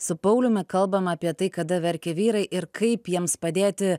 su pauliumi kalbam apie tai kada verkia vyrai ir kaip jiems padėti